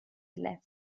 left